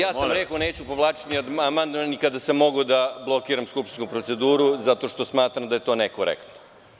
Rekao sam da neću da povučem amandman ni kada sam mogao da blokiram skupštinsku proceduru zato što smatram da je to nekorektno.